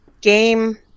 game